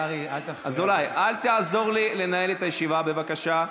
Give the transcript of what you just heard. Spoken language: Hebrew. אזולאי, אל תעזור לי לנהל את הישיבה בבקשה.